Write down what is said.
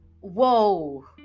whoa